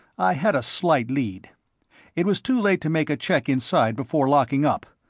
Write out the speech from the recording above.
i had a slight lead it was too late to make a check inside before locking up.